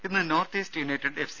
ഇന്ന് North East United F